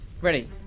Ready